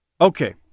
okay